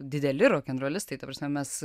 dideli rokenrolistai ta prasme mes